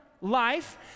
life